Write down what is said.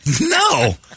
No